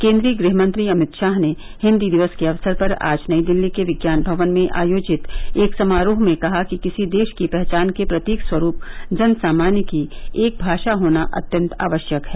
केन्द्रीय गृहमंत्री अमित शाह ने हिन्दी दिवस के अक्सर पर आज नई दिल्ली के विज्ञान भवन में आयोजित एक समारोह में कहा कि किसी देश की पहचान के प्रतीक स्वरूप जन सामान्य की एक भाषा होना अत्यंत आवश्यक है